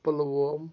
Pulwama